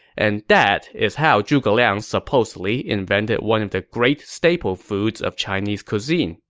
and that is how zhuge liang supposedly invented one of the great staple foods of chinese cuisine